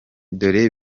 dore